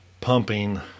pumping